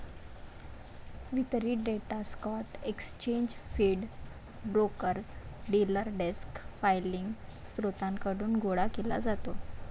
वितरित data stock exchange feed, brokers, dealer desk filing स्त्रोतांकडून गोळा केला जातो